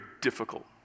difficult